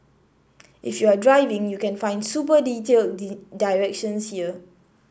if you're driving you can find super detailed directions here